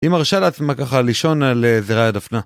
היא מרשה לעצמה ככה לישון על זרי הדפנה.